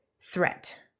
threat